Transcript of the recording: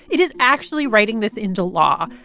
it is actually writing this into law.